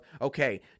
okay